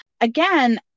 again